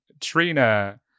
Trina